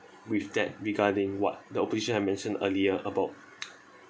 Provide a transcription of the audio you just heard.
with that regarding what the opposition I mentioned earlier about